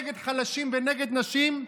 נגד חלשים ונגד נשים,